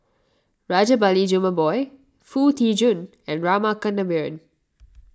Rajabali Jumabhoy Foo Tee Jun and Rama Kannabiran